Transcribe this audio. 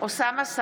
אוסאמה סעדי,